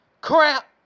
crap